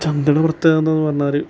ചന്തയുടെ പ്രത്യേകത എന്താണെന്ന് പറഞ്ഞാല്